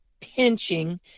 pinching